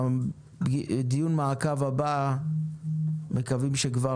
ובדיון המעקב הבא אנחנו מקווים שכבר